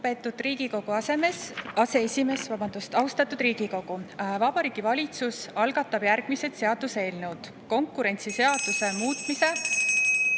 Vabariigi Valitsus algatab järgmised seaduseelnõud. Konkurentsiseaduse (Sumin